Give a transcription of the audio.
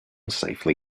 safely